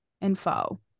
info